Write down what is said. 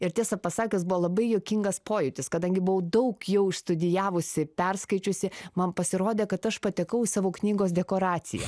ir tiesą pasakius buvo labai juokingas pojūtis kadangi buvau daug jau išstudijavusi perskaičiusi man pasirodė kad aš patekau į savo knygos dekoraciją